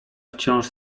wciąż